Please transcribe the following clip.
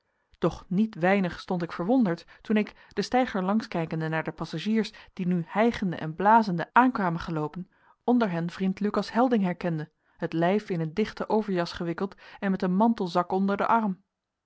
doch niet weinig stond ik verwonderd toen ik den steiger langs kijkende naar de passagiers die nu hijgende en blazende aan kwamen geloopen onder hen vriend lucas helding herkende het lijf in eene dichte overjas gewikkeld en met een mantelzak onder den arm